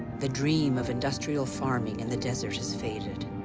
the dream of industrial farming in the desert has faded.